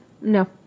No